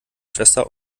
schwester